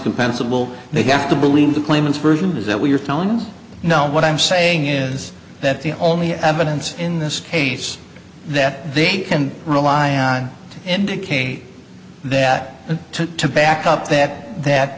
compensable they have to believe the claimant's version is that what you're telling us now what i'm saying is that the only evidence in this case that they can rely on to indicate that to back up that that